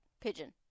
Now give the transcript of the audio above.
Pigeon